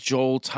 Joel